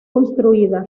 construida